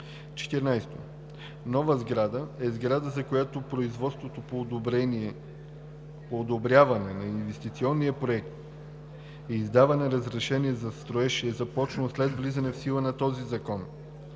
14. „Нова сграда“ е сграда, за която производството по одобряване на инвестиционен проект и издаване на разрешение за строеж е започнало след влизането в сила на този закон.